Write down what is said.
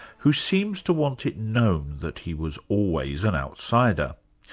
who seems to want it known that he was always an outsider.